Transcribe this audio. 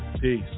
Peace